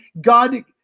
God